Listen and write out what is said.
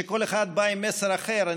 זיפו היה, הקים, ועכשיו במקומו נמצא אדם אחר.